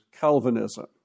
Calvinism